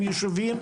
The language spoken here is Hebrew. עם יישובים,